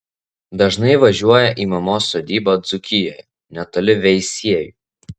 dažnai važiuoja į mamos sodybą dzūkijoje netoli veisiejų